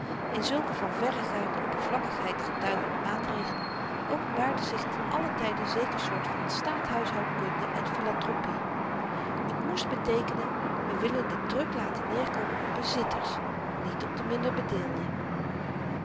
in zulke van verregaande oppervlakkigheid getuigende maatregelen openbaarde zich ten allen tyde zeker soort van staathuishoudkunde en philantropie t moest beteekenen we willen den druk laten neerkomen op bezitters niet op de minderbedeelden